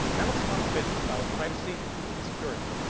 now let's talk a bit about privacy and security.